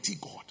God